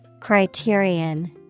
Criterion